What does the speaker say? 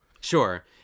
Sure